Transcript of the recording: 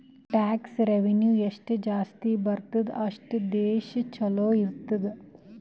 tax revenue ಎಷ್ಟು ಜಾಸ್ತಿ ಬರ್ತುದ್ ಅಷ್ಟು ದೇಶ ಛಲೋ ಇರ್ತುದ್